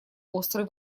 острый